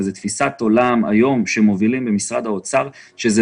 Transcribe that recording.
תפיסת העולם שמובילים היום במשרד האוצר היא שזה